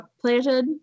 planted